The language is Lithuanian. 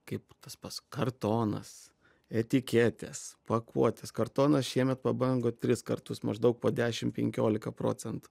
kaip tas pats kartonas etiketės pakuotės kartonas šiemet pabrango tris kartus maždaug po dešim penkiolika procentų